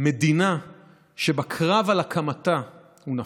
מדינה שבקרב על הקמתה הוא נפל.